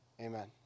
Amen